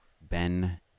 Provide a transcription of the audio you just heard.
Ben